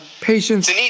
Patience